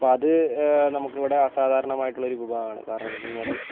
അപ്പോൾ അത് നമുക്ക് ഇവിടെ അസാധാരണമായിട്ടുള്ള ഒരു വിഭവമാണ് കാരണമെന്താണെന്നു വെച്ച് കഴിഞ്ഞാൽ